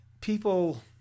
people